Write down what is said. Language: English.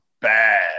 bad